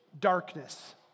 darkness